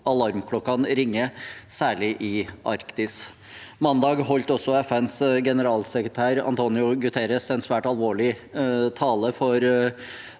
Alarmklokkene ringer, særlig i Arktis. Mandag holdt også FNs generalsekretær António Guterres en svært alvorlig tale for